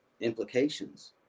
implications